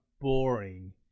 boring